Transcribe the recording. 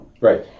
right